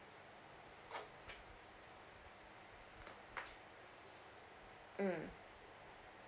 mm